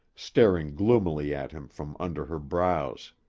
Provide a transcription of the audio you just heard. staring gloomily at him from under her brows.